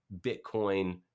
Bitcoin